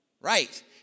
right